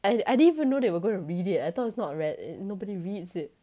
I I didn't even know they were gonna read it I thought it's not read ad~ nobody reads it